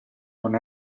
non